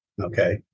Okay